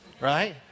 Right